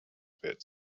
pits